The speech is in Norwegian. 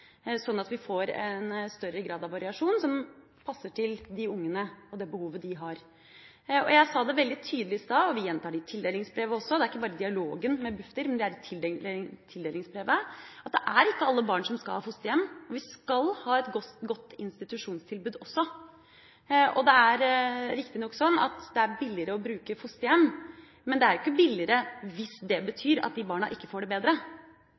sånn at vi får en større grad av variasjon, som passer til de ungene og det behovet de har. Jeg sa det veldig tydelig i stad, og vi gjentar det i tildelingsbrevet også – altså ikke bare i dialogen med Bufdir, men i tildelingsbrevet – at det er ikke alle barn som skal ha fosterhjem. Vi skal ha et godt institusjonstilbud også. Det er riktignok billigere å bruke fosterhjem, men det er ikke billigere hvis det betyr at de barna ikke får det bedre.